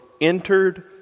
entered